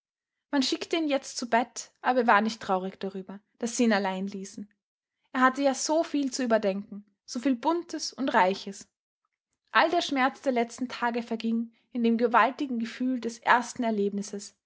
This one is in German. man schickte ihn jetzt zu bett aber er war nicht traurig darüber daß sie ihn allein ließen er hatte ja so viel zu überdenken so viel buntes und reiches all der schmerz der letzten tage verging in dem gewaltigen gefühl des ersten erlebnisses